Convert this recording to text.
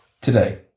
today